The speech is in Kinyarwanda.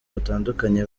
batandukanye